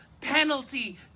Penalty